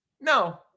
No